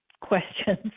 questions